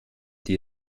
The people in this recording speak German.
die